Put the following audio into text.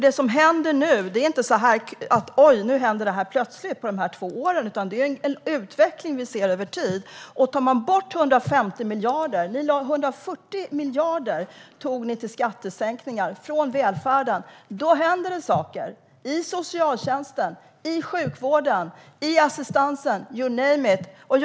Det som händer nu är inte en följd av de senaste två åren, utan det är en utveckling som vi har kunnat se över tid. Ni tog 140 miljarder från välfärden till skattesänkningar, och gör man det händer det saker i socialtjänsten, sjukvården, assistansen - you name it.